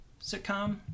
sitcom